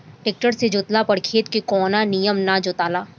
tractor से जोतला पर खेत के कोना निमन ना जोताला